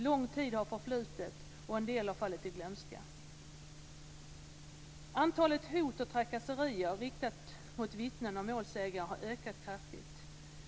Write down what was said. Lång tid har då förflutit och en del har fallit i glömska. Antalet hot och trakasserier riktade mot vittnen och målsägare har ökat kraftigt.